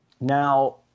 Now